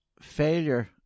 failure